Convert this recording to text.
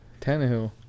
Tannehill